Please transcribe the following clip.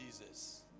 Jesus